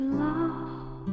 love